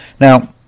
Now